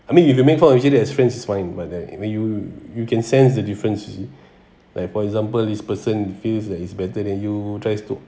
I mean if you make fun of usually as friends is fine but then and then you you can sense the difference like for example this person feels like he's better than you tries to